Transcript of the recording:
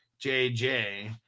JJ